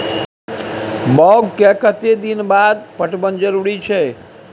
बाग के कतेक दिन के बाद पटवन जरूरी छै?